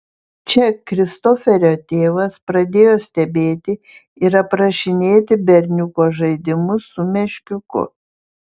čia kristoferio tėvas pradėjo stebėti ir aprašinėti berniuko žaidimus su meškiuku